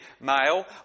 male